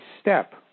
step